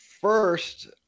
First